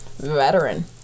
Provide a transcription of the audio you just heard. veteran